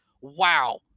wow